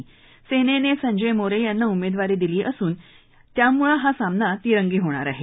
शिवसेनेने संजय मोरे यांना उमेदवारी दिली असून त्यामुळं हा सामना तिरंगी होणार आहे